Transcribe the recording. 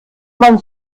man